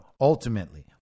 ultimately